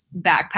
backpack